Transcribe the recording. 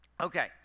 Okay